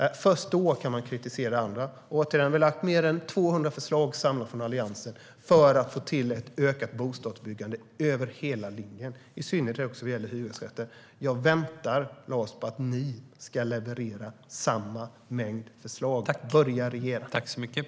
Först då kan man kritisera andra. Återigen: Vi i Alliansen har lagt fram mer än 200 förslag sammantaget för att få till ett ökat bostadsbyggande över hela linjen, i synnerhet när det gäller hyresrätter. Jag väntar, Lars, på att ni ska leverera samma mängd förslag. Börja regera!